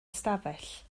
ystafell